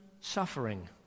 suffering